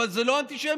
אבל זו לא אנטישמיות.